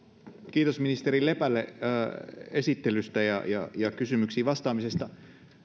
kiitos ministeri lepälle esittelystä ja ja kysymyksiin vastaamisesta